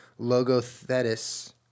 Logothetis